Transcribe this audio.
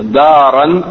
daran